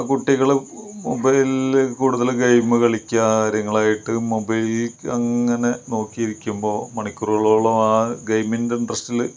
കുട്ടികള് മൊബൈലിൽ കൂടുതലും ഗെയിം കളിക്കുക കാര്യങ്ങളായിട്ട് മൊബൈലിലേക്ക് ഇങ്ങനെ നോക്കിയിരിക്കുമ്പോൾ മണിക്കൂറുകളോളം ആ ഗെയിമിന്റെ ഇൻട്രസ്റ്റില്